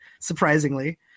Surprisingly